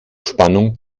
spannung